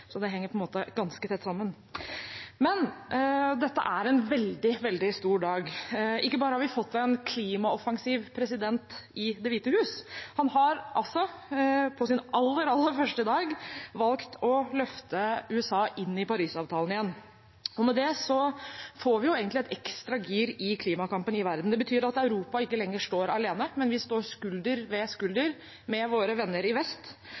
Så det henger ganske tett sammen. Dette er en veldig, veldig stor dag. Ikke bare har vi fått en klimaoffensiv president i Det hvite hus; han har på sin aller, aller første dag valgt å løfte USA inn i Parisavtalen igjen, og med det får vi et ekstra gir i klimakampen i verden. Det betyr at Europa ikke lenger står alene. Vi står skulder ved skulder med våre venner i vest,